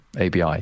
ABI